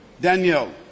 Daniel